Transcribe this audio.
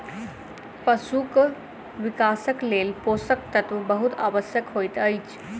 पशुक विकासक लेल पोषक तत्व बहुत आवश्यक होइत अछि